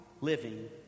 living